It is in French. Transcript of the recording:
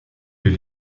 les